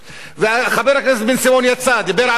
וחבר הכנסת בן-סימון, יצא, דיבר על לוב,